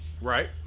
Right